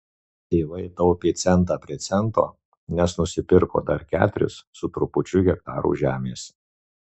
tėvai taupė centą prie cento nes nusipirko dar keturis su trupučiu hektarų žemės